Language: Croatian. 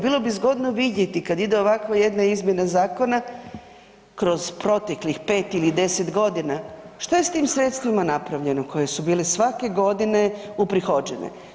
Bilo bi zgodno vidjeti kada ide ovakva jedna izmjena zakona kroz proteklih pet ili deset godina, što je s tim sredstvima napravljeno koje su bile svake godine uprihođene?